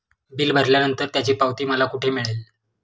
Bill भरल्यानंतर त्याची पावती मला कुठे मिळेल?